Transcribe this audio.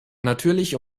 natürlich